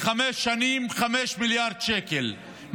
לחמש שנים, 5 מיליארד שקל.